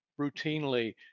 routinely